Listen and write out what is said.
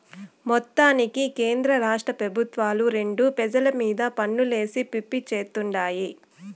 మొత్తానికి కేంద్రరాష్ట్ర పెబుత్వాలు రెండు పెజల మీద పన్నులేసి పిప్పి చేత్తుండాయి